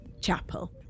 Chapel